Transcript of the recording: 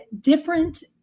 different